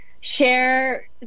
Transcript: share